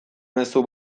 mezu